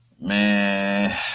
man